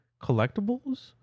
Collectibles